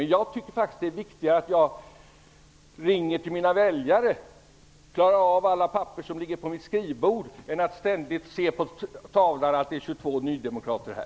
Men jag tycker att det är viktigare att jag ringer till mina väljare eller klarar av alla papper på mitt skrivbord än att ständigt se på kammarens voteringstavla att det finns 22 nydemokrater här.